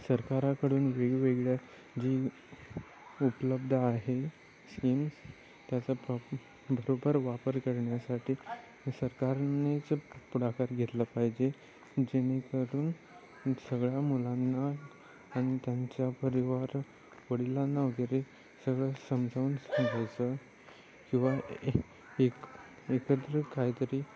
सरकाराकडून वेगवेगळ्या जी उपलब्ध आहे स्कीम्स त्याचा बरोबर वापर करण्यासाठी सरकारनेच पुढाकार घेतला पाहिजे जेणेकरून सगळ्या मुलांना आणि त्यांच्या परिवार वडिलांना वगैरे सगळं समजावून सांगायचं किंवा एक एकत्र काहीतरी